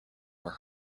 were